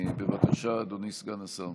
בבקשה, אדוני סגן השר.